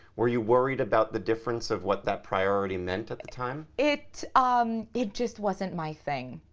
were you worried about the difference of what that priority meant at the time? it um it just wasn't my thing.